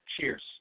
Cheers